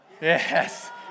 yes